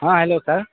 ہاں ہیلو سر